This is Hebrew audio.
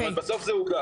זאת אומרת, בסוף זה עוגה.